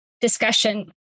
discussion